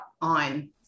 on